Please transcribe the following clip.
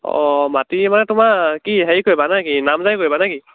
অঁ মাটি মানে তোমাৰ কি হেৰি কৰিবা নে কি নামজাৰি কৰিবা নে কি